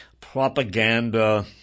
propaganda